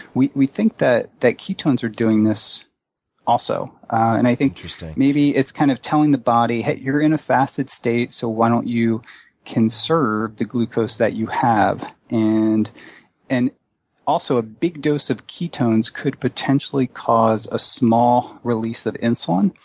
we we think that that ketones are doing this also. interesting. and i think maybe it's kind of telling the body, hey, you're in a fasted state, so why don't you conserve the glucose that you have? and and also, a big dose of ketones could potentially cause a small release of insulin,